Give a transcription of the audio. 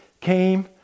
came